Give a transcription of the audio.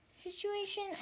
situation